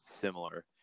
similar